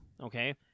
Okay